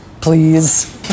Please